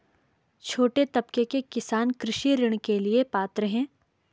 छोटे तबके के किसान कृषि ऋण के लिए पात्र हैं?